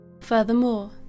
Furthermore